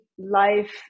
Life